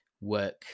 work